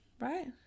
Right